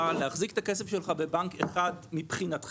להחזיק את הכסף שלך בבנק אחד מבחינתך,